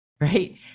right